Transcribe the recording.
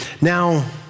now